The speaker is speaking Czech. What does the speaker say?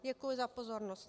Děkuji za pozornost.